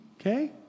Okay